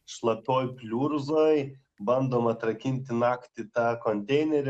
šlapioj pliurzoj bandom atrakinti naktį tą konteinerį